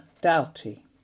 Doughty